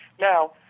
Now